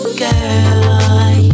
girl